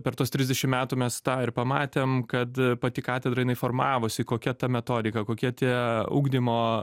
per tuos trisdešim metų mes tą ir pamatėm kad pati katedra jinai informavusi kokia ta metodika kokie tie ugdymo